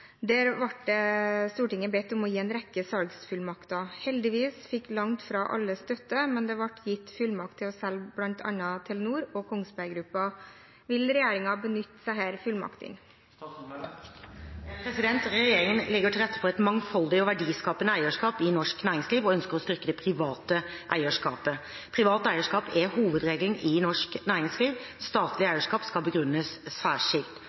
Der ble Stortinget bedt om å gi en rekke salgsfullmakter. Heldigvis fikk langt fra alle støtte, men det ble gitt fullmakt til å selge bl.a. Telenor og Kongsberg Gruppen. Vil regjeringen benytte disse fullmaktene?» Regjeringen legger til rette for et mangfoldig og verdiskapende eierskap i norsk næringsliv og ønsker å styrke det private eierskapet. Privat eierskap er hovedregelen i norsk næringsliv. Statlig eierskap skal begrunnes særskilt.